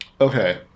Okay